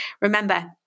remember